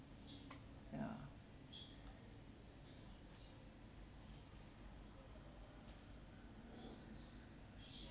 ya